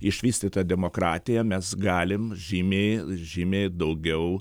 išvystyta demokratija mes galim žymiai žymiai daugiau